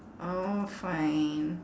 oh fine